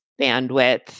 bandwidth